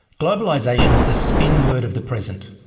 globalization is the spin word of the present.